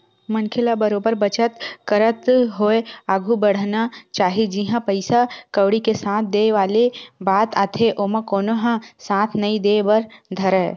मनखे ल बरोबर बचत करत होय आघु बड़हना चाही जिहाँ पइसा कउड़ी के साथ देय वाले बात आथे ओमा कोनो ह साथ नइ देय बर नइ धरय